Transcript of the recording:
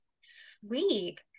sweet